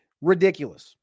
Ridiculous